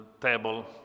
table